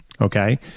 okay